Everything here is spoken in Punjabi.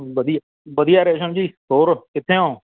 ਵਧੀਆ ਵਧੀਆ ਰੇਸ਼ਮ ਜੀ ਹੋਰ ਕਿੱਥੇ ਓਂ